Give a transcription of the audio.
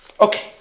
Okay